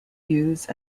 use